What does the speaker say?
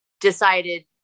decided